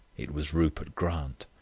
it was rupert grant.